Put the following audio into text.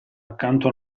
accanto